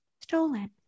stolen